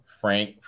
Frank